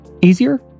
easier